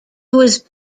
was